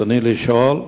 רצוני לשאול: